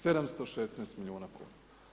716 milijuna kuna.